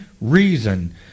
reason